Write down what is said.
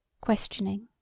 Questioning